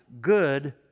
good